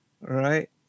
Right